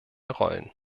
rollen